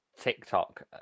TikTok